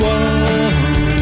one